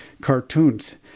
cartoons